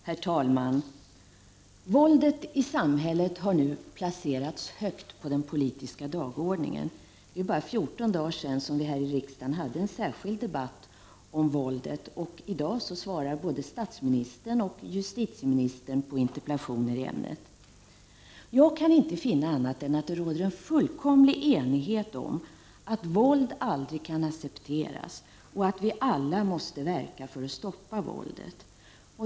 Herr talman! Våldet i samhället har nu placerats högt på den politiska dagordningen. För 14 dagar sedan hade vi här i riksdagen en särskild debatt om våldet, och i dag svarar både statsministern och justitieministern på interpellationer i ämnet. Jag kan inte finna annat än att det råder en fullkomlig enighet om att våld aldrig kan accepteras och att vi alla måste verka för att stoppa våldet.